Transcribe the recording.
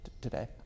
today